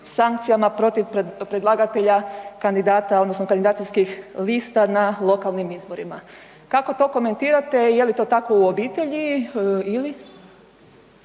sankcijama protiv predlagatelja kandidata odnosno kandidacijskih lista na lokalnim izborima. Kako to komentirate, je li to tako u obitelji ili?